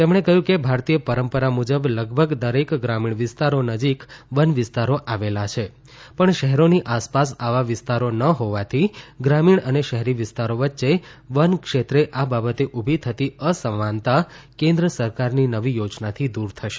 તેમણે કહ્યું કે ભારતીય પરંપરા મુજબ લગભગ દરેક ગ્રામીણ વિસ્તારો નજીક વન વિસ્તારો આવેલા છે પણ શહેરોની આસપાસ આવા વિસ્તારો ન હોવાથી ગ્રામીણ અને શહેરી વિસ્તારો વચ્ચે વન ક્ષેત્રે બાબતે ઉભી થતી અસમાનતા કેન્દ્ર સરકારની નવી યોજનાથી દૂર થશે